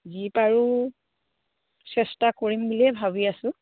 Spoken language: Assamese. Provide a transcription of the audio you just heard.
যি পাৰোঁ চেষ্টা কৰিম বুলিয়ে ভাবি আছোঁ